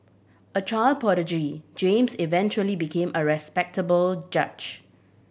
a child prodigy James eventually became a respectable judge